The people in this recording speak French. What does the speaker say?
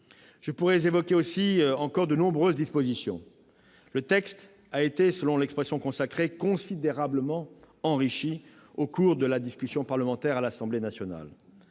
Je pourrais évoquer encore de nombreuses autres dispositions. Le texte a été, selon l'expression consacrée, considérablement enrichi au cours de son examen à l'Assemblée nationale.